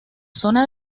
zona